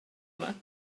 yma